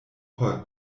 por